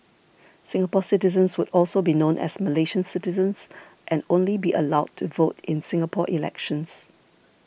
Singapore citizens would also be known as Malaysian citizens and only be allowed to vote in Singapore elections